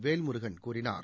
வேல்முருகன் கூறினார்